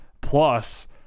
plus